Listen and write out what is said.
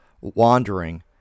wandering